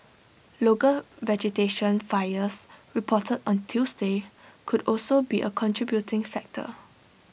local vegetation fires reported on Tuesday could also be A contributing factor